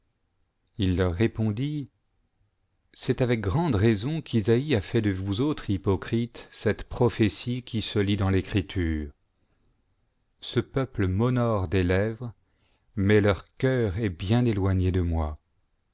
il leur répondit c'est avec grande raison qu'isaïe a fait de vous autres hypocrites cette prophétie qui se lit dans l'écriture ce peuple m'honore des lèvres mais leur cœur est bien éloigné de moi